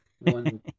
one